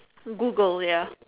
Google ya